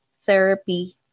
therapy